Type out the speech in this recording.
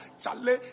Charlie